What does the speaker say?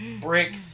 brick